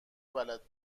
بلد